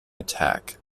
attack